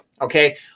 Okay